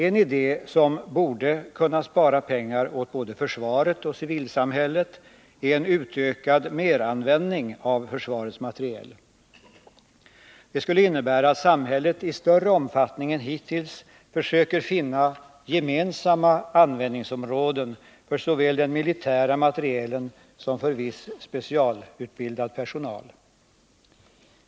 En idé, som borde kunna spara pengar åt både försvaret och civilsamhället, är en utökad meranvändning av försvarets materiel. Det skulle innebära att samhället i större omfattning än hittills kan finna gemensamma användningsområden såväl för den militära materielen som för viss specialutbildad personal.